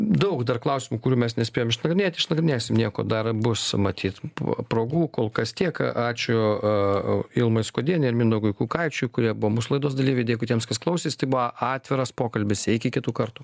daug dar klausimų kurių mes nespėjom išnagrinėti išnagrinėsim nieko dar bus matyt pro progų kol kas tiek ačiū ilmai skuodienei ir mindaugui kukaičiui kurie buvo mūsų laidos dalyviai dėkui tiems kas klausėsi tai buvo atviras pokalbis iki kitų kartų